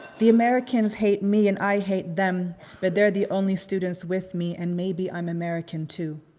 the americans hate me and i hate them but they're the only students with me and maybe i'm american too.